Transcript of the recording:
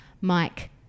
mike